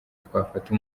twafata